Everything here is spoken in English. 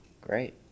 Great